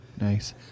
Nice